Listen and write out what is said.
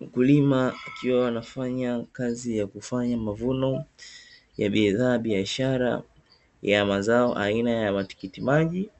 Mkulima akiwa anafanya kazi ya kufanya mavuno ya bidhaa ya biashara ya mazao aina ya matikiti maji,